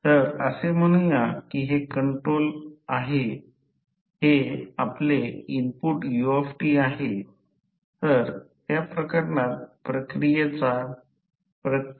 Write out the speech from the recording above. तर x याला काय म्हणतात की I2 2 fl Re2 आहे त्याला पूर्ण भार तांबे लॉस म्हणतात